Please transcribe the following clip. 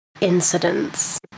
incidents